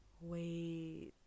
Wait